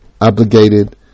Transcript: obligated